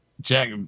Jack